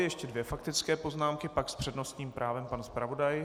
Ještě dvě faktické poznámky, pak s přednostním právem pan zpravodaj.